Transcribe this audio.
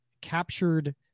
captured